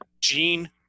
gene